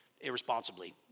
irresponsibly